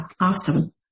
Awesome